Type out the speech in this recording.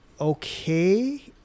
okay